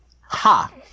Ha